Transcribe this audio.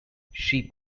sheep